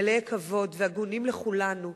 מלאי כבוד והגונים לכולנו,